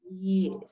Yes